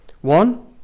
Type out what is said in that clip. One